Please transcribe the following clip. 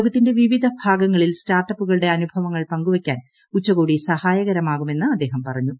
ലോകത്തിന്റെ വിവിധ ഭാഗങ്ങളിൽ സ്റ്റാർട്ടപ്പുകളുടെ അനുഭവങ്ങൾ പങ്കുവയ്ക്കാൻ ഉച്ചകോടി സഹായകരമാകുമെന്ന് അദ്ദേഹം പറഞ്ഞു